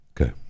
Okay